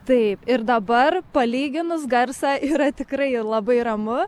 taip ir dabar palyginus garsą yra tikrai labai ramu